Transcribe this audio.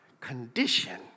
condition